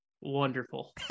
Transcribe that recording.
Wonderful